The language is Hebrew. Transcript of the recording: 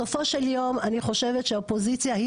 התייחסת באופן כללי לאופן החלוקה ואמרת שיש